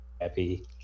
happy